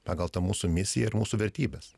pagal tą mūsų misiją ir mūsų vertybes